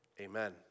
Amen